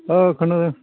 ओ खोनादों